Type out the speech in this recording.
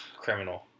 Criminal